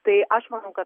tai aš manau kad